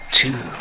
two